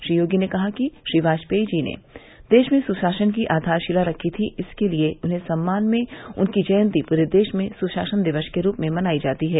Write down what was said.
श्री योगी ने कहा कि श्री वाजपेयी जी ने देश मे सुशासन की आधारशिला रखी थी इसलिये उनके सम्मान में उनकी जयन्ती पूरे देश में सुशासन दिवस के रूप में मनायी जाती है